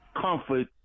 comfort